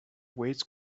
weights